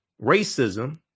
Racism